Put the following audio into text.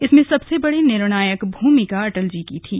इसमें सबसे निर्णायक भूमिका अटल जी की थी